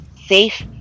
safe